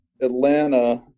Atlanta